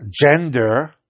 gender